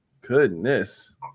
Goodness